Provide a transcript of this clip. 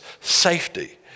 safety